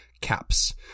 caps